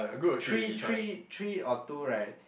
three three three or two right